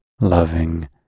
loving